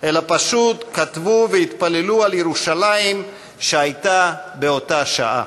אלא פשוט כתבו והתפללו על ירושלים שהייתה באותה שעה.